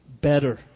better